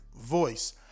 voice